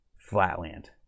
flatland